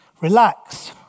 relax